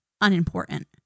unimportant